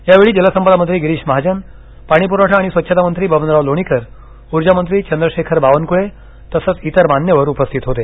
यावेळी जलसंपदा मंत्री गिरीश महाजन पाणीपुरवठा आणि स्वच्छता मंत्री बबनराव लोणीकर ऊर्जा मंत्री चंद्रशेखर बावनकुळे तसंच इतर मान्यवर उपस्थित होते